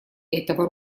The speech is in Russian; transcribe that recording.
этого